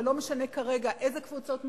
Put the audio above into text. ולא משנה כרגע איזה קבוצות מאורגנות,